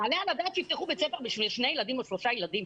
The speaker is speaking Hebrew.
יעלה על הדעת שיפתחו בית ספר בשביל שניים או שלושה ילדים?